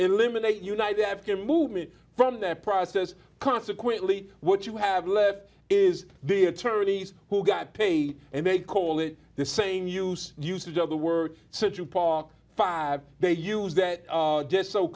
eliminate united after move me from that process consequently what you have left is the attorneys who got paid and they call it the same use usage of the word central park five they use that just so